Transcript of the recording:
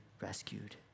rescued